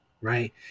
right